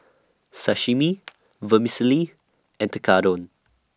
Sashimi Vermicelli and Tekkadon